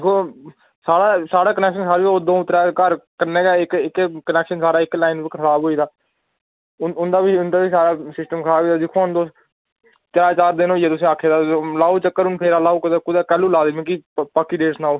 दिक्खो साढ़ा साढ़े कनैक्शन सारे लोक द'ऊं त्रै घर कन्नै गै इक्क इक्कै कनैक्शन सारा इक्कै लाईन खराब होई दा उं'दा उं'दा बी उं'दा बी सारा सिस्टम खराब होई गेदा दिक्खो हां हून तुस त्रै चार दिन होई गे तुसें ई आक्खे दा लाओ चक्कर हून लाओ फेरा कदूं कैह्ल्लूं ला दे मिकी पक्की डेट सनाओ